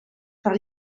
per